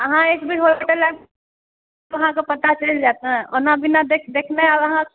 अहाँ एकबेर होटल आबि जाउ अहाँकेँ पता चलि जायत ओना बिना देखने आब अहाँ